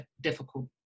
difficult